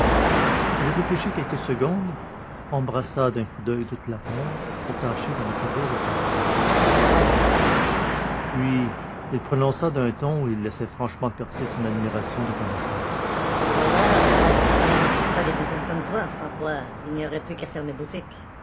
il réfléchit quelques secondes embrassa d'un coup d'oeil toute l'affaire pour tâcher d'en découvrir le point faible puis il prononça d'un ton où il laissait franchement percer son admiration de connaisseur par bonheur il n'en existe pas des douzaines comme vous sans quoi il n'y aurait plus qu'à fermer boutique